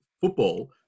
football